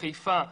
חיפה,